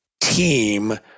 team